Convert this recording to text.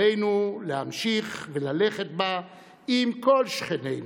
עלינו להמשיך ללכת בה עם כל שכנינו,